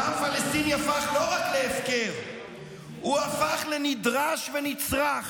דם פלסטיני הפך לא רק להפקר, הוא הפך לנדרש ונצרך,